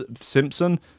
Simpson